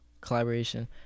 collaboration